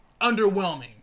underwhelming